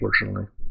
unfortunately